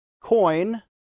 coin